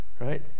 right